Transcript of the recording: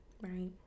Right